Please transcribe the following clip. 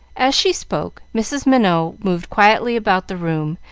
as she spoke, mrs. minot moved quietly about the room,